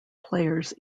players